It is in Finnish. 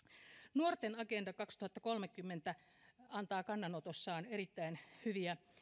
nuorten agenda kaksituhattakolmekymmentä ryhmä antaa kannanotossaan erittäin hyviä